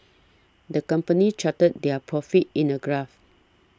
the company charted their profits in a graph